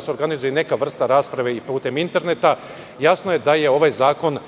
se organizuje neka vrsta rasprave i putem interneta, jasno je da je ovaj zakon